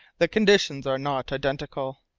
the conditions are not identical.